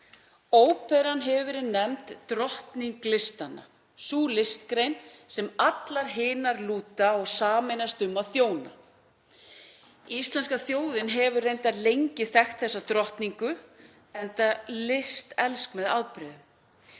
Óperan hefur verið nefnd drottning listanna, sú listgrein sem allar hinar lúta og sameinast um að þjóna. Íslenska þjóðin hefur reyndar lengi þekkt þessa drottningu, enda listelsk með afbrigðum.